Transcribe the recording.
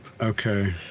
Okay